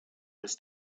was